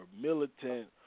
militant